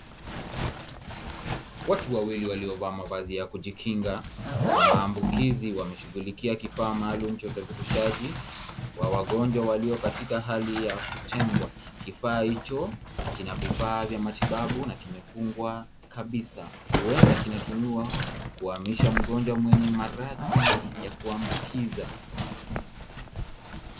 Watu wawili waliovaa mavazi ya kujikinga na maambukizi wameshughulikia kifaa maalum cha usafirishaji wa wagonjwa walio katika hali ya kutengwa. Kifaa hicho kina vifaa vya matibabu na kimefungwa kabisa. Huenda kinatumiwa kuhamisha mgonjwa mwenye maradhi ya kuambukiza.